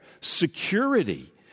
security